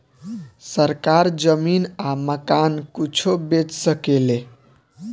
सरकार जमीन आ मकान कुछो बेच सके ले